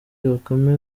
bakame